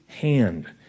hand